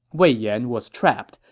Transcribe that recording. wei yan was trapped,